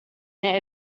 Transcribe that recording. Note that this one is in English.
their